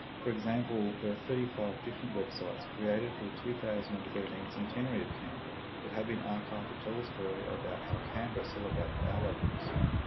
for example there are thirty five different websites created for the two thousand and thirteen centenary of canberra that have been archived that tell the story about how canberra celebrated our local history